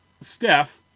Steph